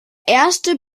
erste